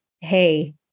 hey